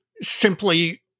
simply